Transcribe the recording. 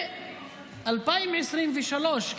וב-2023,